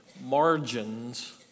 margins